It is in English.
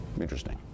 Interesting